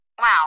Wow